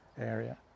area